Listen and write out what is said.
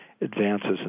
advances